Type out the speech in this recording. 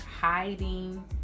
hiding